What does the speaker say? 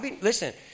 Listen